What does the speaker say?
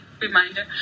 reminder